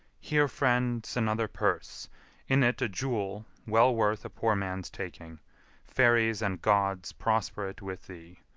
here, friend, s another purse in it a jewel well worth a poor man's taking fairies and gods prosper it with thee!